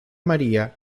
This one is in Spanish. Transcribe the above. maría